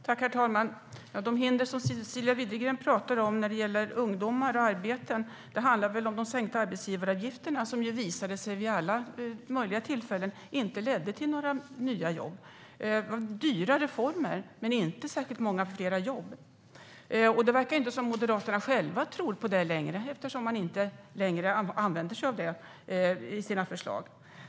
Herr talman! De hinder som Cecilia Widegren pratar om när det gäller ungdomar och arbeten handlar väl om de sänkta arbetsgivaravgifterna. De visade sig vid alla möjliga tillfällen inte leda till några nya jobb. Det var dyra reformer, men det blev inte särskilt många fler jobb. Det verkar inte som om Moderaterna själva tror på det längre, eftersom man inte längre använder sig av det i sina förslag.